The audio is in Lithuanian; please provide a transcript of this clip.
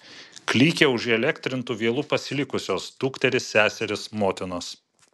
klykė už įelektrintų vielų pasilikusios dukterys seserys motinos